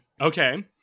Okay